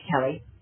Kelly